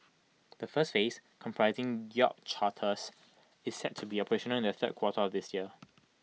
the first phase comprising Yacht Charters is set to be operational in the third quarter of this year